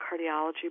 cardiology